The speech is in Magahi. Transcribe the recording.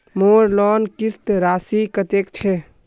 मोर लोन किस्त राशि कतेक छे?